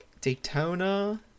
Daytona